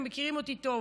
ומכירים אותי טוב,